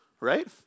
Right